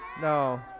No